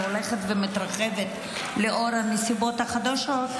והיא הולכת ומתרחבת לנוכח הנסיבות החדשות.